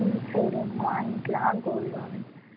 ம் சரிங்க வாங்கிக்கலாம் கோல்ட் லோனு